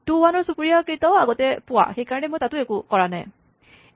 two ৱান ৰ চুবুৰীয়া কেইটাও আগতে পোৱা সেইকাৰণে তাতো একো নাই কৰা